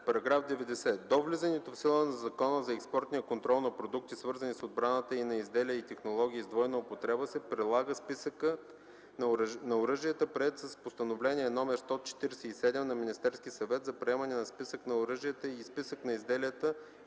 § 90: „§ 90. До влизането в сила на Закона за експортния контрол на продукти, свързани с отбраната, и на изделия и технологии с двойна употреба се прилага Списъкът на оръжията, приет с Постановление № 147 на МС за приемане на Списък на оръжията и Списък на изделията и технологиите